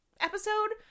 episode